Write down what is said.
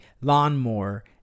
lawnmower